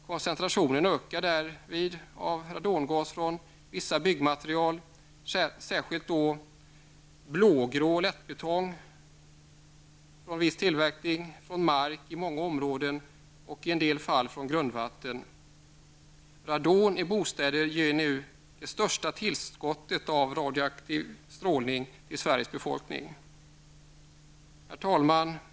Koncentrationen av radongas ökar därvid från vissa byggnadsmaterial, särskilt från blågrå lättbetong av viss tillverkning, från mark i många områden och i en del fall från grundvatten. Radon i bostäder ger nu Sveriges befolkning det största tillskottet av radioaktiv strålning. Herr talman!